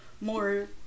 more